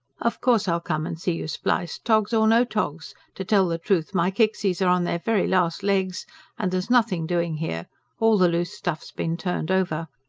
of course i'll come and see you spliced, togs or no togs to tell the truth my kicksies are on their very last legs and there's nothing doing here all the loose stuff's been turned over.